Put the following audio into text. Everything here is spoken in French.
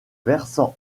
versant